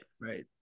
Right